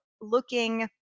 looking